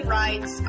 rights